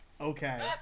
Okay